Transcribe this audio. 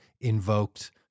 invoked